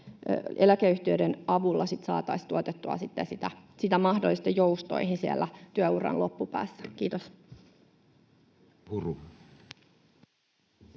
eläkeyhtiöiden avulla saataisiin tuotettua mahdollisuutta joustoihin siellä työuran loppupäässä. — Kiitos.